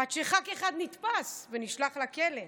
עד שח"כ אחד נתפס ונשלח לכלא.